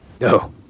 No